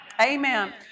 Amen